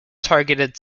targeted